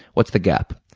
what's the gap?